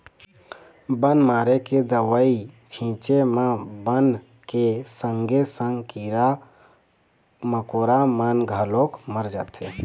बन मारे के दवई छिंचे म बन के संगे संग कीरा कमोरा मन घलोक मर जाथें